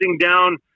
down